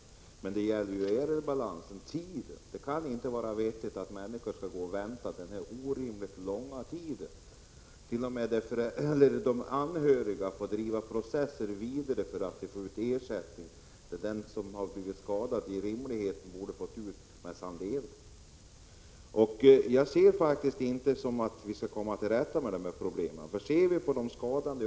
Men när det gäller ärendebalansen, handläggningstiderna, kan det inte vara vettigt att människor skall gå och vänta denna orimligt lång tid. Det förekommer t.o.m. att anhöriga till en avliden får driva processer vidare för att få ut ersättning som den som har blivit skadad i rimlighetens namn borde ha fått ut medan han var i livet. Jag ser faktiskt inte saken så att vi är på väg att komma till rätta med problemen när det gäller arbetsskador.